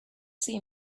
see